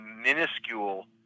minuscule